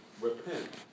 Repent